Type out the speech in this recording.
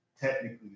technically